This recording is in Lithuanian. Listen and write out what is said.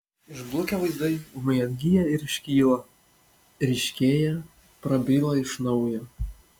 išblukę vaizdai ūmai atgyja ir iškyla ryškėja prabyla iš naujo